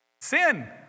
Sin